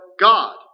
God